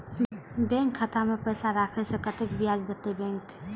Bank खाता में पैसा राखे से कतेक ब्याज देते बैंक?